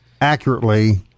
accurately